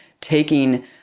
taking